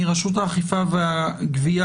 מרשות האכיפה והגבייה,